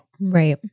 Right